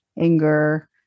anger